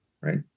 right